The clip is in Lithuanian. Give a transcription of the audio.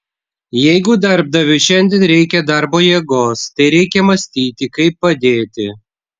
jeigu darbdaviui šiandien reikia darbo jėgos tai reikia mąstyti kaip padėti